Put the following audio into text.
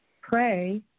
pray